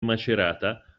macerata